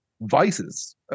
vices